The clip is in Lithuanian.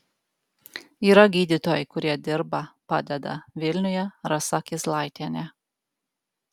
yra gydytojai kurie dirba padeda vilniuje rasa kizlaitienė